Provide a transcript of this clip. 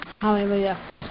Hallelujah